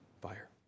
fire